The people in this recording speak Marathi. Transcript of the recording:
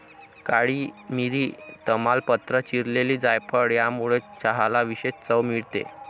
काळी मिरी, तमालपत्र, चिरलेली जायफळ यामुळे चहाला विशेष चव मिळते